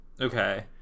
Okay